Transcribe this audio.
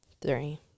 three